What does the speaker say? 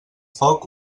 foc